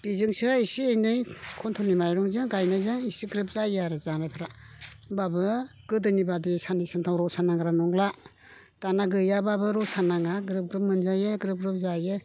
बेजोंसो इसे इनै खन्थ्र'लनि माइरंजों गायनायजों इसे ग्रोब जायो आरो जानायफ्रा होनबाबो गोदोनि बायदि साननै सानथाम रसा नांग्रा नंलिया दानिया गैयाबाबो रसा नाङा ग्रोब ग्रोब मोनजायो ग्रोब ग्रोब जायो